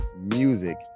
music